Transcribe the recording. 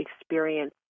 experience